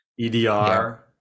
EDR